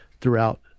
throughout